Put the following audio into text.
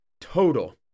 total